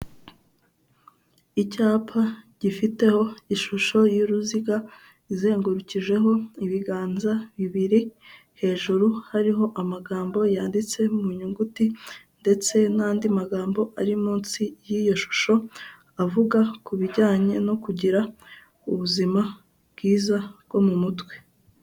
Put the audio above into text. Icyapa gifiteho ishusho y'uruziga izengurukijeho ibiganza bibiri, hejuru hariho amagambo yanditse mu nyuguti ndetse n'andi magambo ari munsi y'iyo shusho, avuga ku bijyanye no kugira ubuzima bwiza bwo mu mutwe.